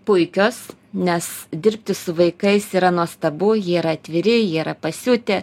puikios nes dirbti su vaikais yra nuostabu jie yra atviri jie yra pasiutę